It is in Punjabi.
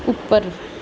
ਉੱਪਰ